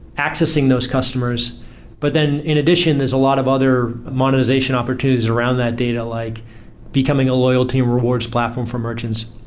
accessing those customers but then in addition, there's a lot of other monetization opportunities around that data, like becoming a loyal team rewards platform for merchants,